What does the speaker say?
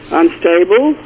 unstable